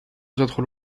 تدخل